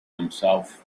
himself